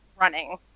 running